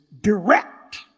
direct